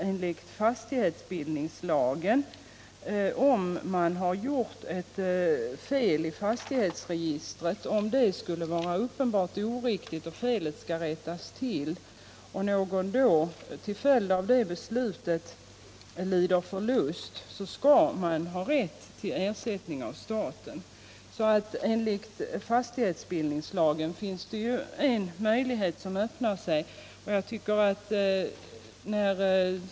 Enligt fastighetsbildningslagen gäller att om det har gjorts ett uppenbart fel i fastighetsregistret och felet skall rättas till och någon då till följd av detta beslut lider förlust, skall vederbörande ha rätt till ersättning av staten. Det är alltså en möjlighet som öppnar sig enligt fastighetsbildningslagen.